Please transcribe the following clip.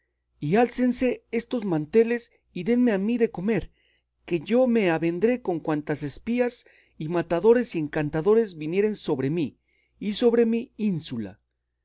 y álcense estos manteles y denme a mí de comer que yo me avendré con cuantas espías y matadores y encantadores vinieren sobre mí y sobre mi ínsula